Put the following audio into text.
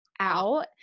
out